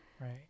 Right